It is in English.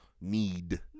need